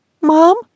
Mom